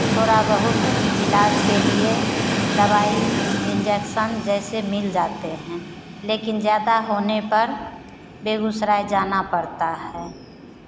थोड़ा बहुत इलाज के लिए दवाई इंजेक्शन जैसे मिल जाते हैं लेकिन ज़्यादा होने पर बेगूसराय जाना पड़ता है